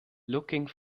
looking